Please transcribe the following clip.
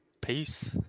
Peace